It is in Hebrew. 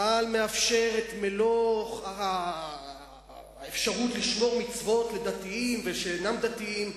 צה"ל מאפשר את מלוא האפשרות לשמור מצוות לדתיים ולשאינם דתיים,